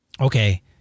okay